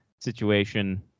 Situation